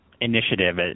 initiative